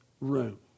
room